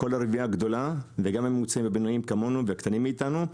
כל הרביעייה הגדולה וגם בינוניים כמונו וקטנים מאיתנו,